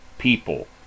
people